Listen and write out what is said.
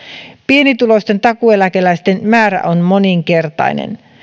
pienituloisten takuueläkeläisten määrä on moninkertainen